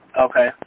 Okay